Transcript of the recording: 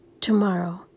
tomorrow